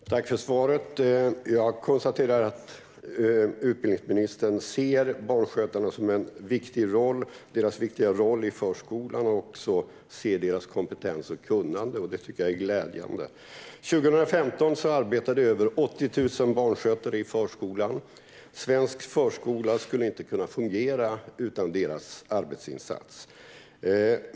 Herr talman! Tack för svaret! Jag konstaterar att utbildningsministern ser barnskötarna och deras viktiga roll i förskolan. Han ser också deras kompetens och kunnande, och det tycker jag är glädjande. År 2015 arbetade över 80 000 barnskötare i förskolan. Svensk förskola skulle inte kunna fungera utan deras arbetsinsats.